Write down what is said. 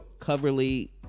coverly